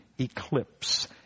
eclipse